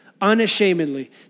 unashamedly